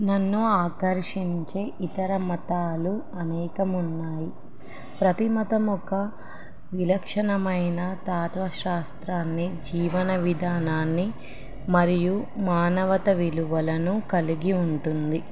నన్ను ఆకర్షించే ఇతర మతాలు అనేకము ఉన్నాయి ప్రతిమతం ఒక విలక్షణమైన తత్వశాస్త్రాన్ని జీవన విధానాన్ని మరియు మానవత విలువలను కలిగి ఉంటుంది